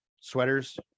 sweaters